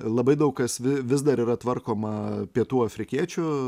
labai daug kas vis dar yra tvarkoma pietų afrikiečių